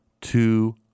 Two